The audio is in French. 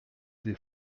des